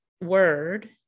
word